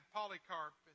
Polycarp